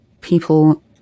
people